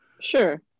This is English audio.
Sure